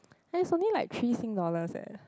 and is something like three sing dollars eh